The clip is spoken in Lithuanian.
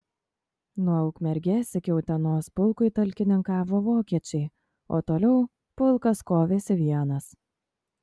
nuo ukmergės iki utenos pulkui talkininkavo vokiečiai o toliau pulkas kovėsi vienas